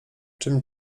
czym